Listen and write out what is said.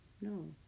no